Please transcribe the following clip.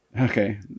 Okay